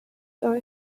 are